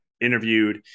interviewed